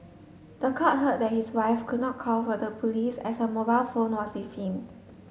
the court heard that his wife could not call for the police as her mobile phone was with him